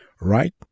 right